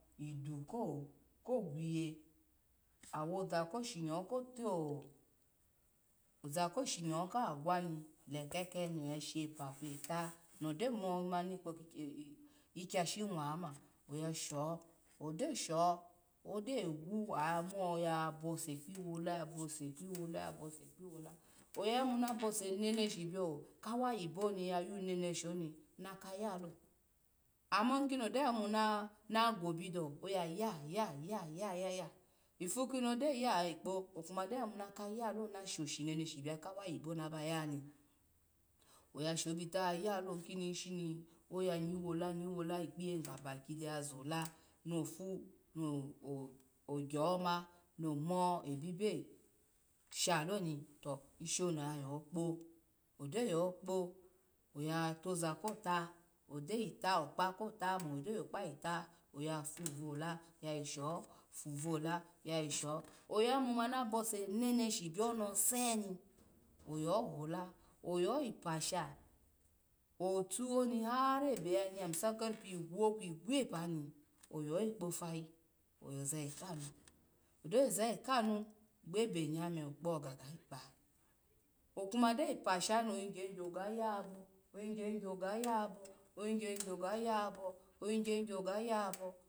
Idu ko ko gwaye owuza ko shinyo ko to oza koshinyo kagwoni lekekeni ya shape kwota no gyo mani kpo ki kyo shi le ma nwashika ma oya sho do sho odo wu amo yabose kpi wola yabose kpi wola, yabose kpi wola aya yimu na bose neneshi bioka wayi bo ni yayu neneshi ni naka yalo ma kini oyayi na gobi do oyaya ya ya ya ya ifu kini ngyo ya oya vikpo okuma gyo ya yimu na ka yala na shoshineneshi bioka wayi boni oya shobita ya yalo kini ishini oya yiwola nyiwala ikpiyehi gabadeye zalo no no no gyo ma no munbo saloni to ishim oya yo kpo ogyo yokpo oya toza ko ta ogyo m to okpa ko ta ma do ya kpa yita oyo vuvala yayisho, vuvala yayisho, vuvala yayisho yayimu mana bose neneshi bio neseni oyohole oyo viposho otu honi har yanye misali ko kerepe igwni kudi igwopani oyoyi kpo vayi oyoza yikanu gbo benye me oga gayi gba okume do yipeshoni ovigya ogaga yebo, oyigya yigya vigyga yebo, ovigy vigya ogaga yabo, ovigya ogya oga yabo